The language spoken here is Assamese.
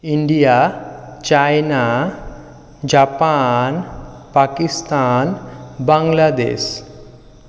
India China Japan Pakistan Bangladesh